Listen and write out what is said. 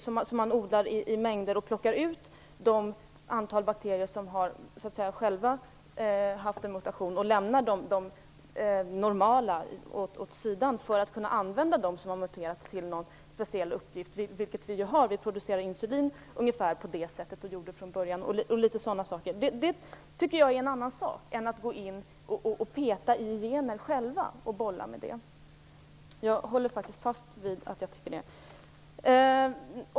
Vi odlar dem i mängder och plockar ut de bakterier som själva har genomgått en mutation - vi lämnar de normala åt sidan för att kunna använda dem som har muterat till någon speciell uppgift. Vi producerade insulin ungefär på det sättet från början. Det tycker jag är en annan sak än att själv gå in och peta i gener.